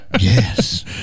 Yes